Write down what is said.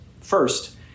First